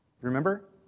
Remember